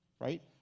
right